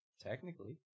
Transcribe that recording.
Technically